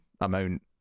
amount